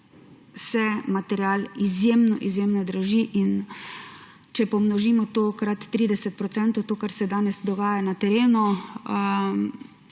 material izjemno izjemno draži. In če pomnožimo to krat 30 %, to, kar se danes dogaja na terenu,